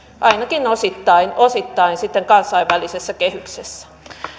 ainakin osittain osittain sitten kansainvälisessä kehyksessä